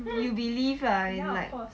you believe ah and like